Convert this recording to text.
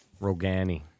Rogani